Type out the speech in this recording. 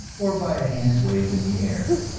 or by a hand waved in the air,